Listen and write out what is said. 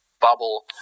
bubble